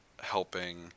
helping